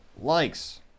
likes